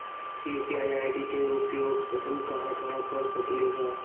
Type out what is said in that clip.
UPI ID के उपयोग हम कहां कहां कर सकली ह?